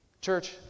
Church